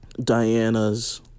Diana's